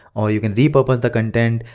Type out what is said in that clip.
or you can repurpose the content.